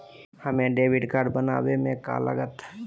हमें debit card बनाने में का लागत?